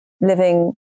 living